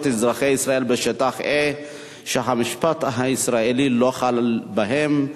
אזרחי ישראל בשטחי A שהמשפט הישראלי לא חל בהם,